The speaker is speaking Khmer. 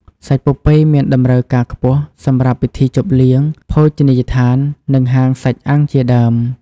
សាច់ពពែមានតម្រូវការខ្ពស់សម្រាប់ពិធីជប់លៀង ភោជនីយដ្ឋាន និងហាងសាច់អាំងជាដើម។